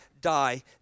die